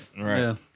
right